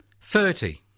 thirty